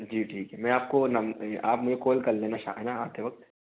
जी ठीक ए मैं आपको नम आप मुझे कॉल कर लेना है ना आते वक्त